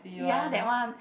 ya that one